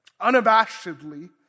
unabashedly